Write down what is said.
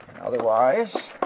Otherwise